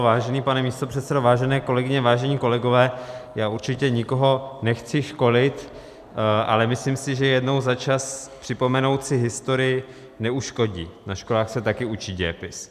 Vážený pane místopředsedo, vážené kolegyně, vážení kolegové, já určitě nikoho nechci školit, ale myslím si, že jednou za čas si připomenout historii neuškodí, na školách se taky učí dějepis.